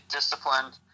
disciplined